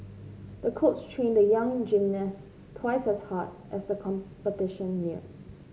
the coach trained the young gymnast twice as hard as the competition neared